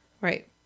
Right